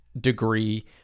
degree